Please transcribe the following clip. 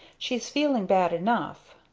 she's feeling bad enough.